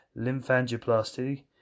lymphangioplasty